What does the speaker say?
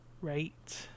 rate